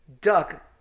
duck